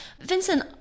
Vincent